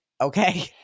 Okay